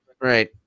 right